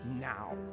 now